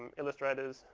illustrators,